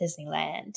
Disneyland